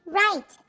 right